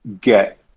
get